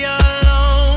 alone